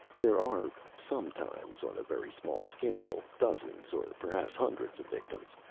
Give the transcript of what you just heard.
there are. sometimes. on a very small scale. dozens or perhaps hundreds of victims.